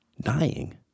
dying